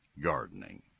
Gardening